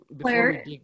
Claire